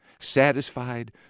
Satisfied